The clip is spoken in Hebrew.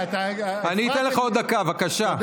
אני אתן לך עוד דקה, בבקשה.